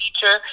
teacher